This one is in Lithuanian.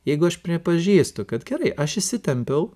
jeigu aš pripažįstu kad gerai aš įsitempiau